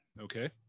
Okay